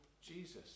Jesus